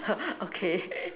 okay